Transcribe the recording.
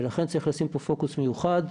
ולכן צריך לשים פה פוקוס מיוחד.